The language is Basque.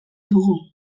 dugu